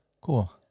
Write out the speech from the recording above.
Cool